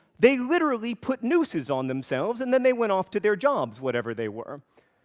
they literally put nooses on themselves, and then they went off to their jobs, whatever they were.